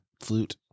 flute